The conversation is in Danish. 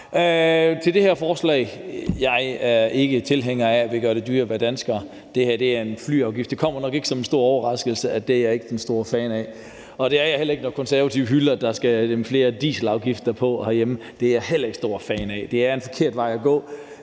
Til det her forslag vil jeg sige, at jeg ikke er tilhænger af at ville gøre det dyrere at være dansker. Det her er en flyafgift, og det kommer nok ikke som en stor overraskelse, at det er jeg ikke den store fan af. Og det er jeg heller ikke, når Konservative hylder, at der skal flere dieselafgifter på herhjemme; det er jeg heller ikke stor fan af. Det er en forkert vej at gå.